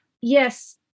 Yes